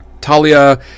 Talia